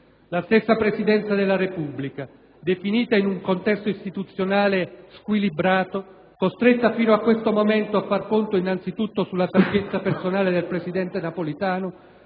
La stessa Presidenza della Repubblica, definita in un contesto istituzionale squilibrato, costretta fino a questo momento a far conto innanzitutto sulla saggezza personale del presidente Napolitano,